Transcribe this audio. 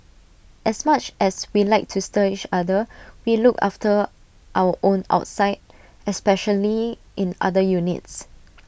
as much as we like to stir each other we look after our own outside especially in other units